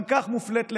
גם כך מופלית לרעה.